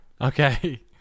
Okay